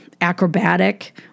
acrobatic